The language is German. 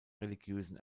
religiösen